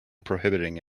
prohibiting